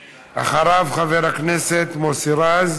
אחריו, חבר הכנסת מוסי רז,